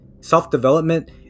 self-development